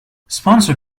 sponsor